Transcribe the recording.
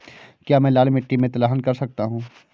क्या मैं लाल मिट्टी में तिलहन कर सकता हूँ?